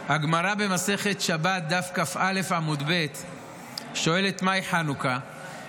הגמרא במסכת שבת דף כ"א עמוד ב' שואלת: מאי חנוכה?